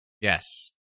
Yes